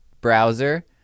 browser